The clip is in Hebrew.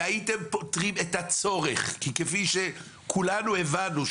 והייתם פותרים את הצורך כי כפי שכולנו הבנו,